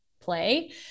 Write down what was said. play